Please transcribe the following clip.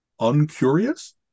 uncurious